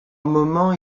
moments